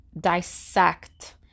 dissect